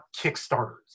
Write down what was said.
Kickstarters